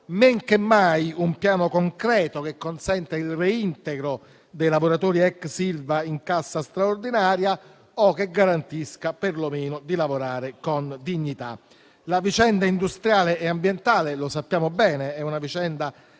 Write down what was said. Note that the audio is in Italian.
men che mai un piano concreto che consenta il reintegro dei lavoratori ex Ilva in cassa straordinaria o che garantisca per lo meno di lavorare con dignità. La vicenda industriale e ambientale, lo sappiamo bene, è assai